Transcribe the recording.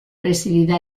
presidida